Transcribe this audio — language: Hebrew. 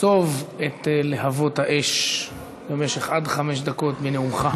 חצוב את להבות האש במשך עד חמש דקות בנאומך.